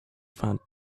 found